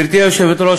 גברתי היושבת-ראש,